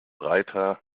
reiter